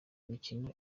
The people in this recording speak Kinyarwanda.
imikino